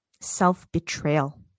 self-betrayal